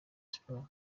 sports